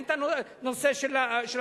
אין את הנושא של החשמל.